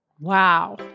Wow